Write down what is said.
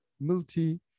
multi